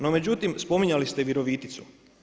No međutim, spominjali ste Viroviticu.